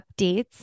updates